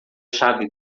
chave